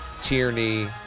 Tierney